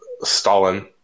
Stalin